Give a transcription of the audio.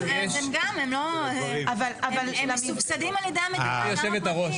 הם מסובסדים על ידי המדינה, גם הפרטיים.